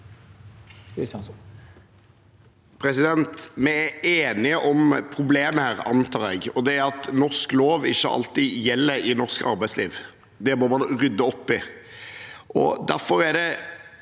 Vi er enige om problemet her, antar jeg, og det er at norsk lov ikke alltid gjelder i norsk arbeidsliv. Det må man rydde opp i. Derfor er det